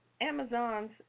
Amazon's